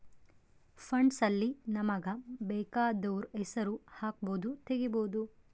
funds ಅಲ್ಲಿ ನಮಗ ಬೆಕಾದೊರ್ ಹೆಸರು ಹಕ್ಬೊದು ತೆಗಿಬೊದು